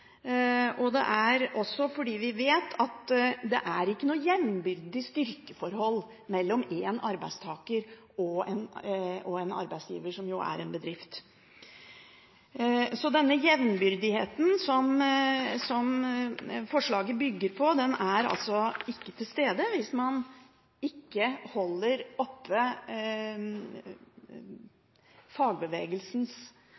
arbeidstid. Det er også fordi vi vet at det ikke er noe jevnbyrdig styrkeforhold mellom en arbeidstaker og en arbeidsgiver, som jo er en bedrift. Denne jevnbyrdigheten som forslaget bygger på, er ikke til stede hvis man ikke holder oppe